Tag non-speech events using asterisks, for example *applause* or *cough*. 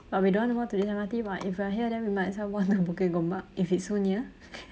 but we don't want to walk to the M_R_T [what] if we are here then we might as well walk to bukit-gombak if it's so near *laughs*